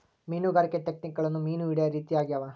ಮೀನುಗಾರಿಕೆ ಟೆಕ್ನಿಕ್ಗುಳು ಮೀನು ಹಿಡೇ ರೀತಿ ಆಗ್ಯಾವ